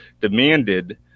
demanded